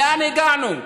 לאן הגענו?